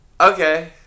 Okay